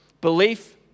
Belief